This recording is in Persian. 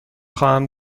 خواهم